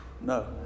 No